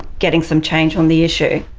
getting some change on the issue.